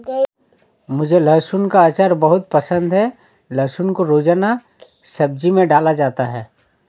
मुझे लहसुन का अचार बहुत पसंद है लहसुन को रोजाना सब्जी में डाला जाता है